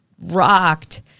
rocked